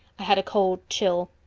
i had a cold chill.